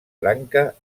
branca